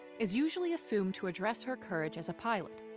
is usually assumed to address her courage as a pilot,